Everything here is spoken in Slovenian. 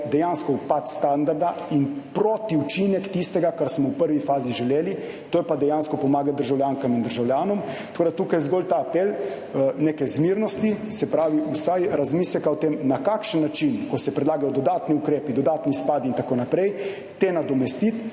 do dolgi rok in protiučinek tistega, kar smo v prvi fazi želeli, to je pa dejansko pomagati državljankam in državljanom. Tako da tukaj zgolj ta apel neke zmernosti, se pravi, vsaj razmisleka o tem, na kakšen način, ko se predlagajo dodatni ukrepi, dodatni izpadi in tako naprej, te nadomestiti,